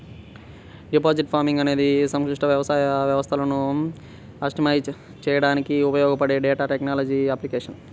digital farming అనేది సంక్లిష్ట వ్యవసాయ వ్యవస్థలను ఆప్టిమైజ్ చేయడానికి ఉపయోగపడే డేటా టెక్నాలజీల అప్లికేషన్